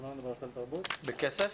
בכסף?